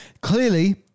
clearly